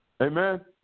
Amen